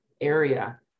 area